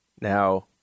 Now